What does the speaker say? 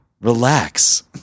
relax